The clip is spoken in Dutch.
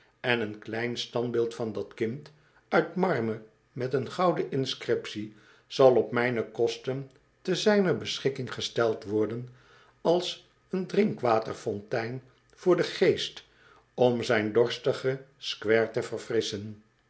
en een klein standbeeld van dat kind uit marmer met een gouden inscriptie zal op mijne kosten te zijner beschikking gesteld worden als een drinkwaterfontein voor den geest om zijn dorstige square te verfrisschen